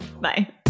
Bye